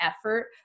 effort